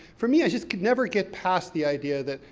for me, i just could never get past the idea that,